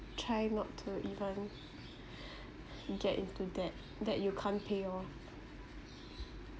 try not to even get into debt that you can't pay off